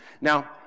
now